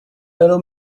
allow